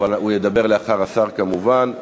אבל הוא ידבר לאחר השר, כמובן.